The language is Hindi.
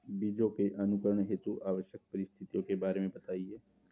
बीजों के अंकुरण हेतु आवश्यक परिस्थितियों के बारे में बताइए